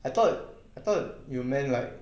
I thought I thought you meant like